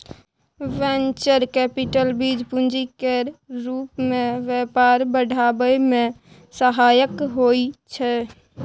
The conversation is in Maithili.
वेंचर कैपिटल बीज पूंजी केर रूप मे व्यापार बढ़ाबै मे सहायक होइ छै